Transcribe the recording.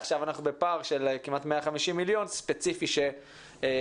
עכשיו אנחנו בפער של כמעט 150 מיליון ספציפי שפוגע